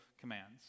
commands